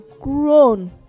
grown